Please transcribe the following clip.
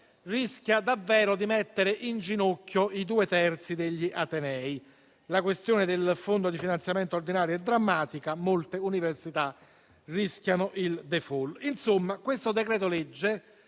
rischia davvero di mettere in ginocchio i due terzi degli atenei. La questione del fondo di finanziamento ordinario è drammatica, molte università rischiano il *default*. Insomma, il decreto-legge